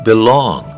belong